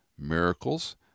Miracles